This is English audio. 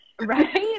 right